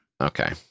Okay